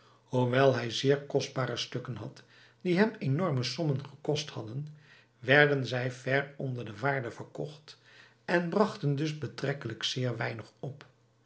hoewel hij zeer kostbare stukken had die hem enorme sommen gekost hadden werden zij ver onder de waarde verkocht en brachten dus betrekkelijk zeer weinig op